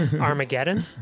Armageddon